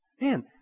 man